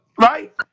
right